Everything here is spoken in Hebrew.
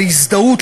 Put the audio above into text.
להזדהות,